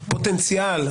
פוטנציאל,